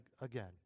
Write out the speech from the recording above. again